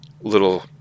little